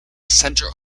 centre